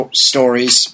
stories